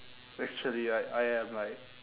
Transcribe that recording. actually I I am like